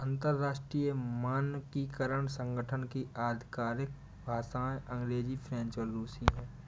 अंतर्राष्ट्रीय मानकीकरण संगठन की आधिकारिक भाषाएं अंग्रेजी फ्रेंच और रुसी हैं